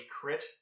crit